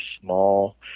small